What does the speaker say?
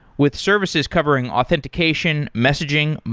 with services covering authentication, messaging,